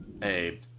hey